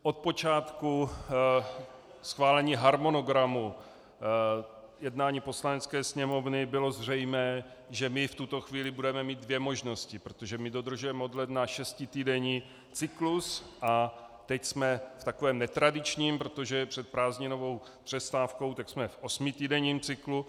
Od počátku schválení harmonogramu jednání Poslanecké sněmovny bylo zřejmé, že my v tuto chvíli budeme mít dvě možnosti, protože dodržujeme od ledna šestitýdenní cyklus a teď jsme v takovém netradičním, protože je před prázdninovou přestávkou, tak jsme v osmitýdenním cyklu.